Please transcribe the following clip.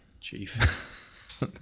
Chief